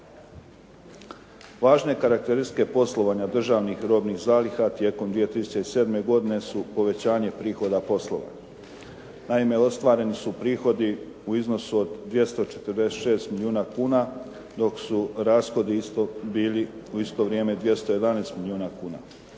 Važne karakteristike poslovanja državnih robnih zaliha tijekom 2007. godine su povećanje prihoda poslovanja. Naime, ostvareni su prihodi u iznosu od 246 milijuna kuna, dok su rashodi isto bili u isto vrijeme 211 milijuna kuna